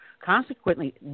Consequently